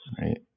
Right